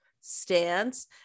stance